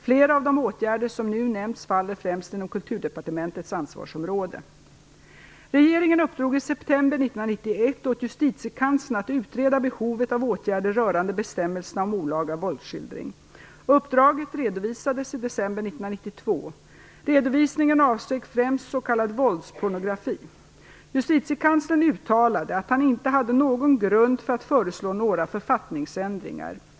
Flera av de åtgärder som nu nämnts faller främst inom Kulturdepartementets ansvarsområde. Regeringen uppdrog i september 1991 åt Justitiekanslern att utreda behovet av åtgärder rörande bestämmelserna om olaga våldsskildring. Uppdraget redovisades i december 1992. Redovisningen avsåg främst s.k. våldspornografi. Justitiekanslern uttalade att han inte hade någon grund för att föreslå några författningsändringar.